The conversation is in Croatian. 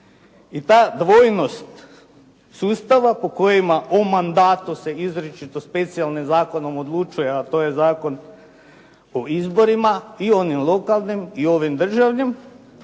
I ta dvojnost sustava po kojima o mandatu se izričito specijalne zakonom odlučuje, a to je Zakon o izborima i onim lokalnim i ovim državnim